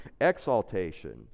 exaltation